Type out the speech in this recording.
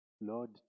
Lord